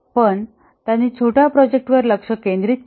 पण त्यांनी छोट्या प्रोजेक्ट वर लक्ष केंद्रित केले